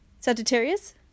Sagittarius